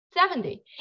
Seventy